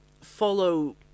follow